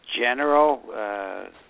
general